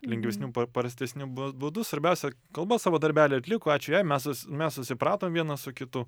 lengvesniu par parstesniu bū būdu svarbiausia kalba savo darbelį atliko ačiū jai mes s mes susipratom vienas su kitu